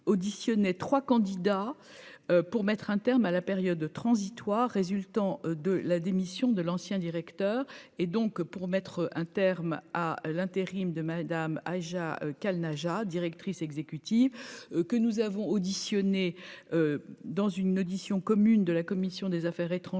auditionné trois candidats pour mettre un terme à la période transitoire résultant de la démission de l'ancien directeur et donc pour mettre un terme à l'intérim de Madame Aja qu'Najah, directrice exécutive que nous avons auditionnés dans une audition commune de la commission des Affaires étrangères,